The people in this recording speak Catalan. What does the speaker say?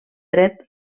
dret